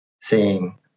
seeing